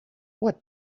what